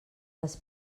les